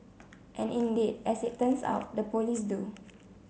and indeed as it turns out the police do